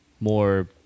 more